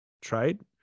trade